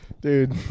Dude